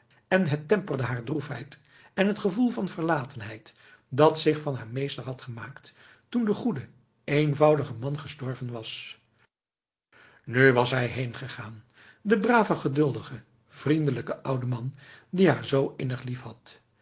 en het temperde haar droefheid en t gevoel van verlatenheid dat zich van haar meester had gemaakt toen de goede eenvoudige man gestorven was nu was hij heengegaan de brave geduldige vriendelijke oude man die haar zoo innig liefhad